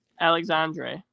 Alexandre